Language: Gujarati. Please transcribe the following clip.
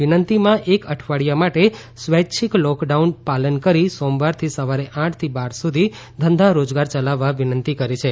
વિનંતીમાં એક અઠવાડિયા માટે સ્વૈચ્છિક લોક ડાઉનલોડ પાલન કરી સોમવારથી સવારે આઠથી બાર સુધી ધંધા રોજગાર યલાવવા વિનંતી કરી છે